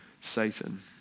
Satan